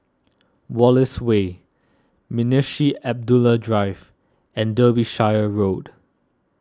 Wallace Way Munshi Abdullah Walk and Derbyshire Road